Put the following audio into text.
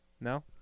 No